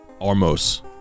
Armos